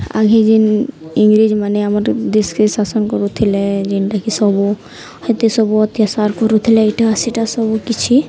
ଆଗେ ଯେନ୍ ଇଂରେଜମାନେ ଆମର ଦେଶକେ ଶାସନ କରୁଥିଲେ ଯେନ୍ଟାକି ସବୁ ହେତେ ସବୁ ଅତ୍ୟାଚାର କରୁଥିଲେ ଏଇଟା ସେଇଟା ସବୁକିଛି